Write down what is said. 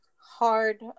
hard